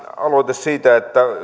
aloite siitä että